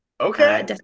Okay